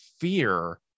fear